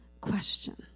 question